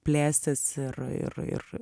plėstis ir ir ir